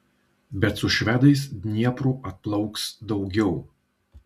bet su švedais dniepru atplauks daugiau